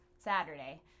saturday